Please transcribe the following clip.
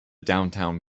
downtown